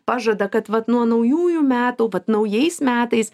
pažada kad vat nuo naujųjų metų vat naujais metais